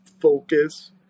focus